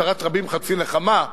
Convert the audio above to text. צרת רבים חצי נחמה,